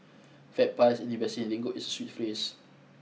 fat pies in investing lingo is a sweet phrase